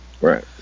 right